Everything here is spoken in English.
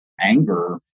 anger